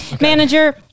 Manager